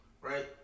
right